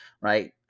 right